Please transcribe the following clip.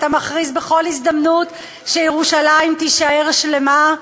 אתה מכריז בכל הזדמנות שירושלים תהיה שלמה,